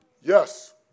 Yes